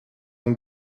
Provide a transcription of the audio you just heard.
bon